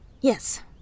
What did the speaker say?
Yes